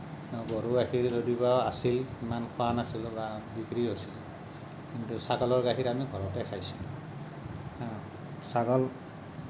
গৰু গাখীৰ যদিওবা আছিল ইমান খোৱা নাছিলোঁ বা বিক্ৰি হৈছিল কিন্তু ছাগলৰ গাখীৰ আমি ঘৰতে খাইছিলোঁ হা ছাগল